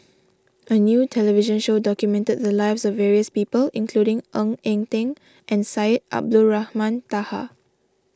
a new television show documented the lives of various people including Ng Eng Teng and Syed Abdulrahman Taha